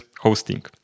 hosting